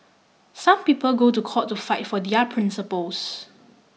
some people go to court to fight for their principles